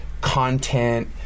content